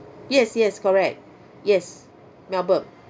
yes yes correct yes melbourne